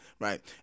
right